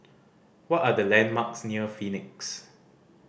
what are the landmarks near Phoenix